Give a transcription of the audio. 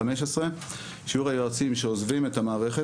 שיעור היועצים שעוזבים את המערכת,